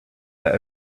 that